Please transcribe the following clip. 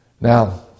Now